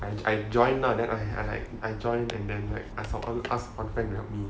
and I I join lah that I I like I join and then like I ask my friend to help me